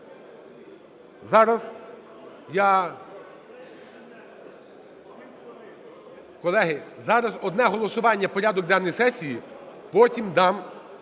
зараз одне голосування – порядок денний сесії, потім дам…